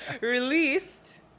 Released